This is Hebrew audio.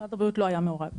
משרד הבריאות לא היה מעורב בזה.